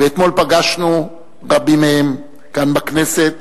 ואתמול פגשנו רבים מהם כאן בכנסת,